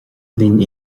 linn